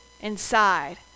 inside